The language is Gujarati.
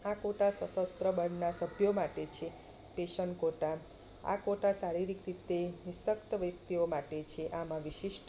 આ કોટા સશસ્ત્ર દળના સભ્યો માટે છે પેશન્ટ કોટા આ કોટા શારીરિક રીતે અશક્ત વ્યક્તિઓ માટે છે આમાં વિશિષ્ટ